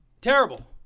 Terrible